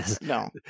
No